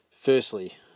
Firstly